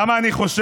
למה אני חושב,